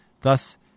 thus